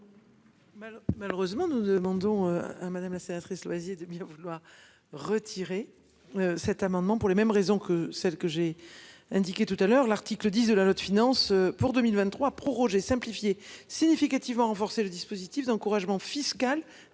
Malheureusement, nous demandons à madame la sénatrice loisir de bien vouloir retirer. Cet amendement pour les mêmes raisons que celles que j'ai. Indiqué tout à l'heure, l'article 10 de la loi de finances pour 2023 prorogé simplifier significativement renforcer le dispositif d'encouragement fiscal